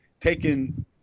taken